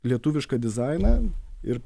lietuvišką dizainą ir